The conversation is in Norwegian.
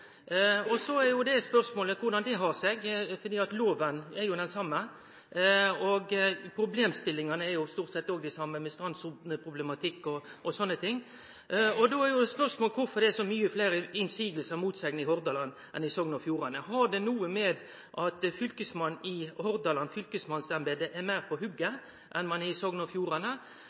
og Fjordane gjer. Då er spørsmålet korleis det kan ha seg, for loven er jo den same. Problemstillingane er òg stort sett dei same, med strandsoneproblematikk og sånne ting. Spørsmålet er kvifor det er så mange fleire motsegner i Hordaland enn i Sogn og Fjordane. Har det noko med at fylkesmannsembetet i Hordaland er meir på hogget enn ein er i Sogn og Fjordane?